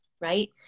right